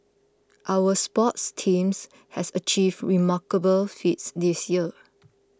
our sports teams have achieved remarkable feats this year